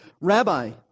rabbi